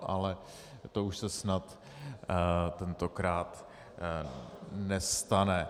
Ale to už se snad tentokrát nestane.